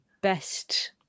best